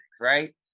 right